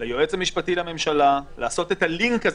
ליועץ המשפטי לממשלה לעשות את הלינק הזה.